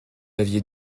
aviez